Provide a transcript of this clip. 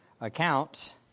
accounts